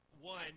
one